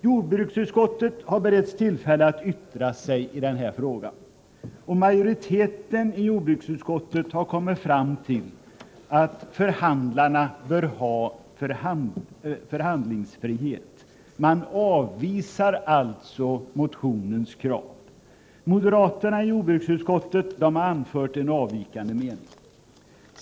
Jordbruksutskottet har beretts tillfälle att yttra sig i frågan, och majoriteten i jordbruksutskottet har kommit fram till att förhandlarna bör ha förhandlingsfrihet. Man avvisar alltså motionens krav. Moderaterna i jordbruksutskottet har anfört en avvikande mening.